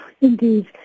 Indeed